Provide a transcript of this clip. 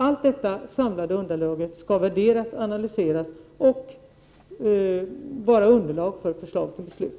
Allt detta skall värderas och analyseras och bilda underlag för förslag till beslut.